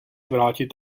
vrátit